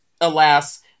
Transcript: alas